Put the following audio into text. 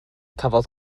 cafodd